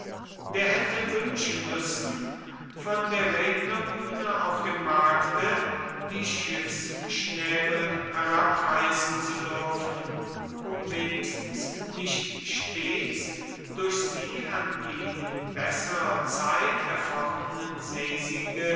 der hätte wünschen müssen von der rednerbühne auf dem markte die schiffsschnäbel herabreißen zu dürfen um wenigstens nicht stets durch sie an die in besserer zeit erfochtenen seesiege